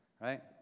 right